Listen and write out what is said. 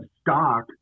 stock